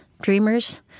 dreamers